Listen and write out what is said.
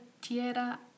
Tierra